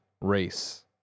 race